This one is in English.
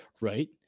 Right